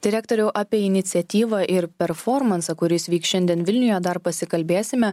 direktoriau apie iniciatyvą ir performansą kuris vyks šiandien vilniuje dar pasikalbėsime